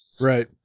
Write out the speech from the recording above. Right